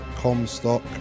Comstock